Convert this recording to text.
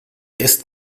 ist